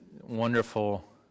wonderful